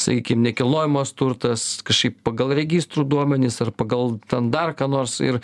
sakykim nekilnojamas turtas kažkaip pagal registrų duomenis ar pagal ten dar ką nors ir